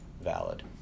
valid